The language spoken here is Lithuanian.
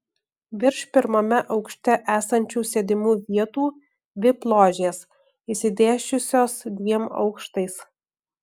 virš pirmame aukšte esančių sėdimų vietų vip ložės išsidėsčiusios dviem aukštais